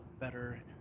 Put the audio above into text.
better